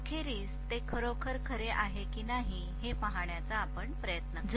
अखेरीस ते खरोखर खरे आहे की नाही हे पाहण्याचा प्रयत्न करूया